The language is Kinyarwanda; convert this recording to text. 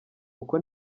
uko